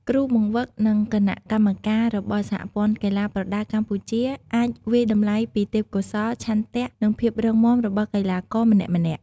គ្រូបង្វឹក និងគណៈកម្មការរបស់សហព័ន្ធកីឡាប្រដាល់កម្ពុជា អាចវាយតម្លៃពីទេពកោសល្យ ឆន្ទៈ និងភាពរឹងមាំរបស់កីឡាករម្នាក់ៗ។